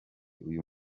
uyu